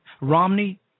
Romney